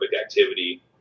activity